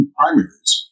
primaries